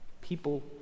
people